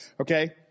Okay